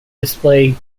display